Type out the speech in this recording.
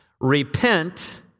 Repent